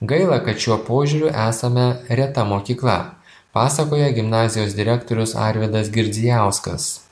gaila kad šiuo požiūriu esame reta mokykla pasakoja gimnazijos direktorius arvydas girdzijauskas